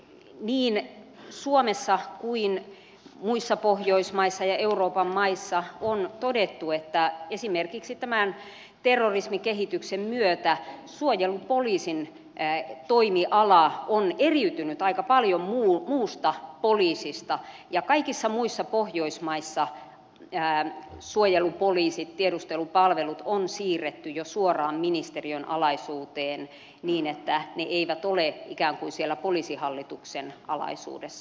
niin suomessa kuin muissa pohjoismaissa ja euroopan maissa on todettu että esimerkiksi tämän terrorismikehityksen myötä suojelupoliisin toimiala on eriytynyt aika paljon muusta poliisista ja kaikissa muissa pohjoismaissa suojelupoliisit tiedustelupalvelut on siirretty jo suoraan ministeriön alaisuuteen niin että ne eivät ole ikään kuin siellä poliisihallituksen alaisuudessa